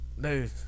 dude